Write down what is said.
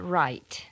right